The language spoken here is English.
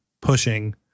pushing